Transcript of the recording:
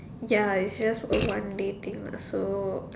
ya it's just a one day thing lah so